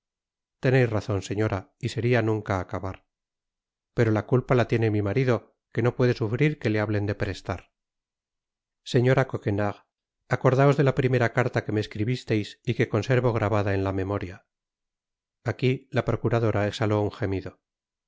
teneis razon señora y seria nunca acabar pero la culpa la tiene mi marido que no puede sufrir que le hablen de prestar señora coquenard acordaos de la primera carta que me escribisteis y que conservo grabada en la memoria aqui la procuradora exhaló un gemido